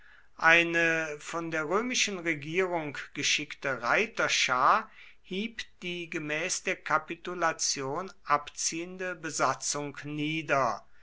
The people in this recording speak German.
eine von der römischen regierung geschickte reiterschar hieb die gemäß der kapitulation abziehende besatzung nieder